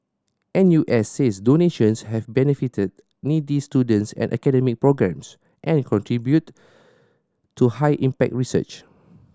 N U S says donations have benefited needy students and academic programmes and contributed to high impact research